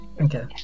Okay